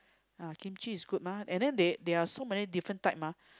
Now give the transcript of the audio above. uh kimchi is good mah and then they there are so many different type mah